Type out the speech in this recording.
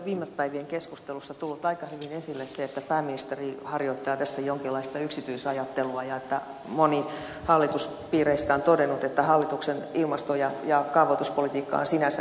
viime päivien keskusteluissa on tullut aika hyvin esille se että pääministeri harjoittaa tässä jonkinlaista yksityisajattelua ja moni hallituspiireistä on todennut että hallituksen ilmasto ja kaavoituspolitiikka on sinänsä ihan järkevää